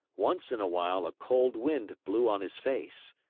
once in a while a cold wind blew on his face.